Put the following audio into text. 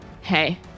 hey